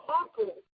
uncle